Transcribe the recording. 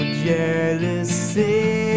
jealousy